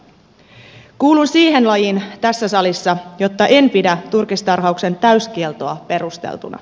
kuulun siihen lajiin tässä salissa jotta en pidä turkistarhauksen täyskieltoa perusteltuna